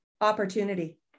Opportunity